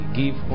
give